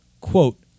Quote